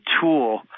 tool